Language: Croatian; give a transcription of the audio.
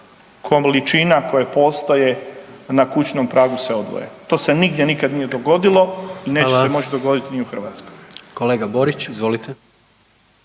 količina koje postoje na kućnom pragu se odvoje. To se nigdje nikad nije dogodilo …/Upadica: Hvala./… i neće se moći dogoditi ni u Hrvatskoj. **Jandroković, Gordan